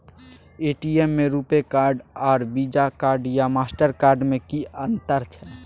ATM में RuPay card आर Visa card या मास्टर कार्ड में कि अतंर छै?